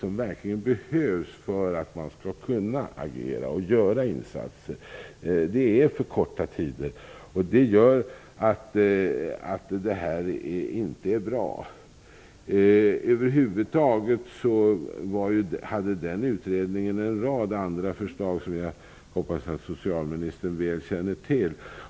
Det behövs verkligen för att man skall kunna agera och göra insatser. Det är för korta tider, och det är inte bra. Över huvud taget hade utredningen en rad andra förslag som jag hoppas att socialministern väl känner till.